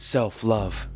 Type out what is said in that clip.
self-love